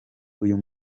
uyu